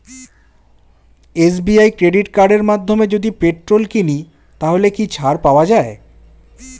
SBI credit কার্ডের মাধ্যমে যদি পেট্রোল কিনি তাহলে কি ছাড় পাওয়া যায়?